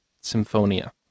Symphonia